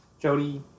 Jody